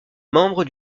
membre